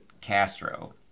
Castro